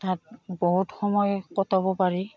তাত বহুত সময় কটাব পাৰি